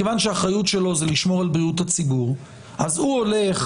מכיוון שהאחריות שלו זה לשמור על זכויות הציבור אז הוא הולך